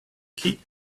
key